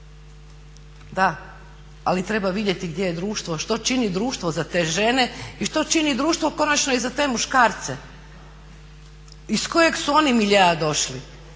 Da, ali treba vidjeti gdje je društvo, što čini društvo za te žene i što čini društvo konačno i za te muškarce. Iz kojeg su oni miljea došli?